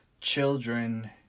children